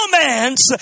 romance